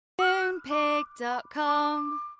Moonpig.com